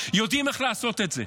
יודעים איך לעשות את זה,